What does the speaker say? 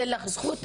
אין לך זכות,